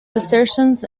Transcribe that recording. assertions